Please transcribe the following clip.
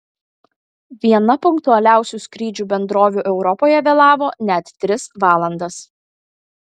viena punktualiausių skrydžių bendrovių europoje vėlavo net tris valandas